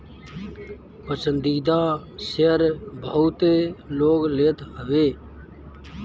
पसंदीदा शेयर बहुते लोग लेत हवे